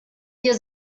ihr